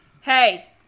Hey